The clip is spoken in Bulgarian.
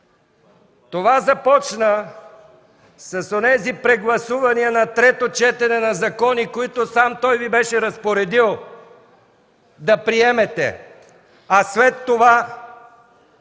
Това започна с онези прегласувания на трето четене на закони, които сам той Ви беше разпоредил да приемете, а след това